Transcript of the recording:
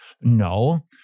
No